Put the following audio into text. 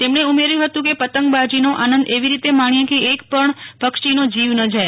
તેમણે ઉમેર્યું હતુ કે પતંગબાજીનો આનંદ એવી રીતે માણીએ કે એકપણ પક્ષીનો જીવ ના જાય